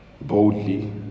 boldly